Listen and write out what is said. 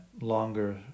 longer